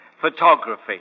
Photography